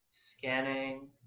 scanning